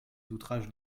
outrages